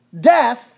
death